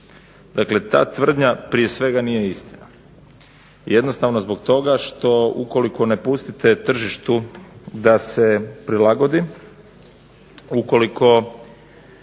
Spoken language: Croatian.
Dakle, ta tvrdnja prije svega nije istina. Jednostavno zbog toga što ukoliko ne pustite tržištu da se prilagodi, ukoliko